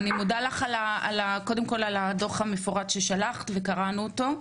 אני מודה לך קודם כל על הדו"ח המפורט ששלחת וקראנו אותו.